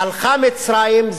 הלכה מצרים,